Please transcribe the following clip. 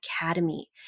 Academy